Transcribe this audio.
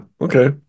okay